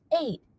eight